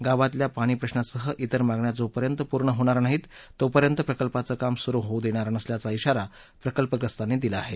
गावातल्या पाणी प्रश्नासह त्तिर मागण्या जोपर्यंत पूर्ण होणार नाहीत तोपर्यंत प्रकल्पाचं काम सुरू होऊ देणार नसल्याचा त्तिरा प्रकल्पग्रस्तांनी दिला आहे